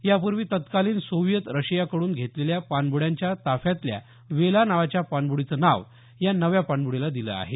यापूर्वी तत्कालीन सोवियत रशियाकड्रन घेतलेल्या पाणबुड्यांच्या ताफ्यातल्या वेला नावाच्या पाणब्डीचं नाव या नव्या पाणब्डीला दिलं आहे